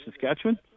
Saskatchewan